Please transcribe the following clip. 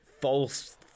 false